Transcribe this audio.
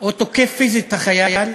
או תוקף פיזית את החייל,